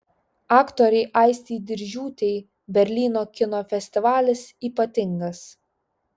aktorei aistei diržiūtei berlyno kino festivalis ypatingas